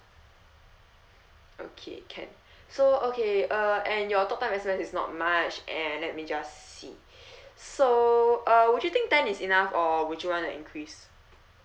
okay can so okay uh and your talk time expense is not much and let me just see so uh would you think ten is enough or would you want to increase